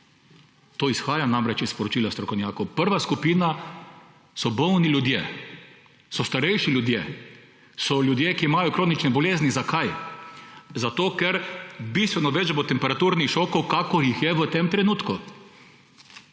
to izhaja namreč iz sporočila strokovnjakov. Prva skupina so bolni ljudje, so starejši ljudje, so ljudje, ki imajo kronične bolezni. Zakaj? Ker bo bistveno več temperaturnih šokov, kakor jih je v tem trenutku.